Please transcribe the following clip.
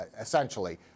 essentially